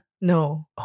No